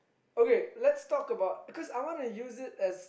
okay let's talk about because I want to use it as